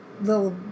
little